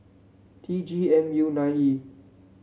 T G M U nine E